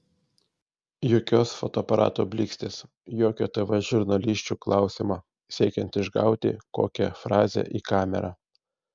jokios fotoaparato blykstės jokio tv žurnalisčių klausimo siekiant išgauti kokią frazę į kamerą